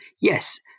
yes